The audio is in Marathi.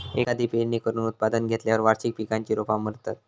एकदा पेरणी करून उत्पादन घेतल्यार वार्षिक पिकांची रोपा मरतत